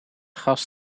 gas